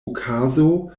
okazo